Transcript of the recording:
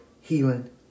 healing